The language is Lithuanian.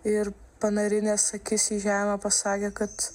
ir panarinęs akis į žemę pasakė kad